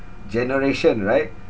generation right